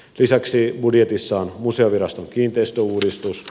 lisäksi budjetissa on museoviraston kiinteistöuudistus